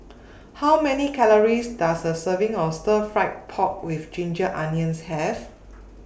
How Many Calories Does A Serving of Stir Fried Pork with Ginger Onions Have